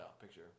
picture